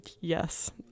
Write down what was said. yes